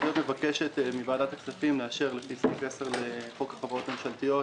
לפי סעיף 10 לחוק החברות הממשלתיות